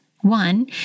One